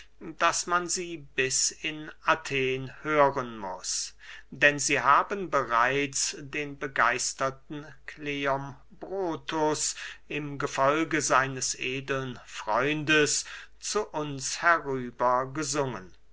daß man sie bis in athen hören muß denn sie haben bereits den begeisterten kleombrotus im gefolge seines edeln freundes zu uns herüber gesungen